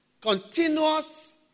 continuous